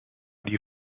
die